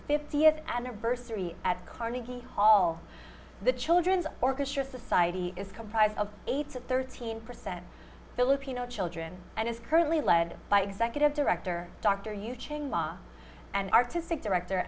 fiftieth anniversary at carnegie hall the children's orchestra society is comprised of eight to thirteen percent filipino children and is currently led by executive director dr hugh chain law and artistic director